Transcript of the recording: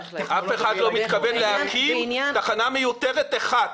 אף אחד לא מתכוון להקים תחנה מיותרת אחת.